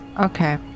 okay